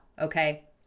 Okay